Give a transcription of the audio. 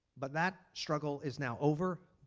but that struggle is now over.